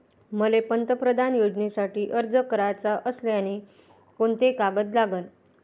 मले पंतप्रधान योजनेसाठी अर्ज कराचा असल्याने कोंते कागद लागन?